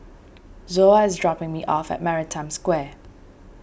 Zoa is dropping me off at Maritime Square